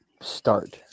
start